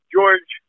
George